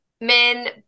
men